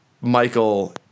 Michael